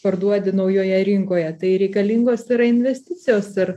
parduodi naujoje rinkoje tai reikalingos yra investicijos ir